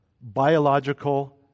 biological